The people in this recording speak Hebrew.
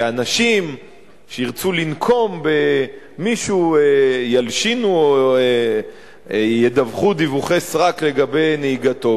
שאנשים שירצו לנקום במישהו ילשינו או ידווחו דיווחי סרק לגבי נהיגתו.